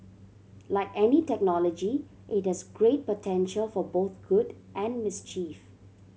like any technology it has great potential for both good and mischief